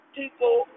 people